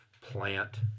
plant